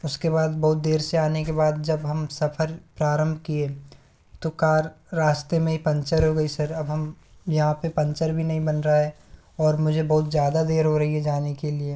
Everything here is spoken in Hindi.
उसके बाद बहुत देर से आने के बाद जब हम सफर प्रारंभ किए तो कार रास्ते में ही पंचर हो गई सर अब हम यहाँ पे पंचर भी नहीं बन रहा है और मुझे ज़्यादा देर हो रही है जाने के लिए